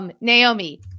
Naomi